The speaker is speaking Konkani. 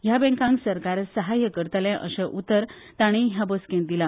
ह्या बँकांक सरकार सहाय्य करतले अशे उतर ताणी ह्या बसकेत दिला